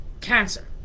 cancer